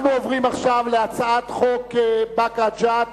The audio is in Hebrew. אנחנו עוברים עכשיו להצעת חוק באקה ג'ת,